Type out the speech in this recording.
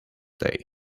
day